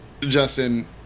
Justin